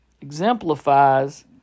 exemplifies